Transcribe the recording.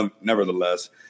nevertheless